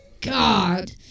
god